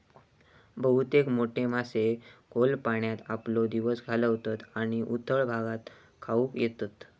बहुतेक मोठे मासे खोल पाण्यात आपलो दिवस घालवतत आणि उथळ भागात खाऊक येतत